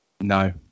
No